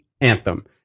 anthem